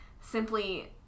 simply